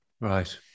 Right